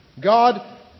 God